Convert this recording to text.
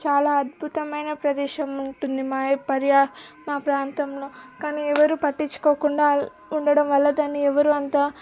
చాలా అద్భుతమైన ప్రదేశం ఉంటుంది మా పర్య మా ప్రాంతంలో కానీ ఎవరు పట్టిచ్చుకోకుండా ఉండడం వల్ల దాన్ని ఎవరు అంత